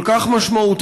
כל כך משמעותי,